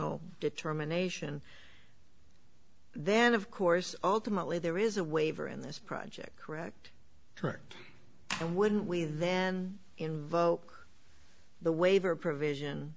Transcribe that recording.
foundational determination then of course ultimately there is a waiver in this project correct correct and wouldn't we then invoke the waiver provision